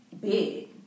big